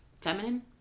feminine